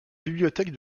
bibliothèque